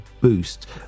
boost